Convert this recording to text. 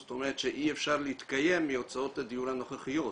זאת אומרת שאי אפשר להתקיים מהוצאות הדיור הנוכחיות.